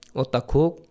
otakuk